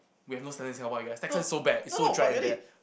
we have no standard in Singapore I guess Texas is so bad it's so dry and bad